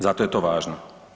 Zato je to važno.